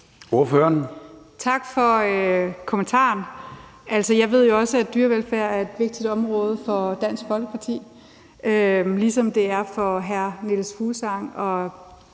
Wibroe (S): Tak for kommentaren. Jeg ved jo også, at dyrevelfærd er et vigtigt område for Dansk Folkeparti, ligesom det er det for Niels Fuglsang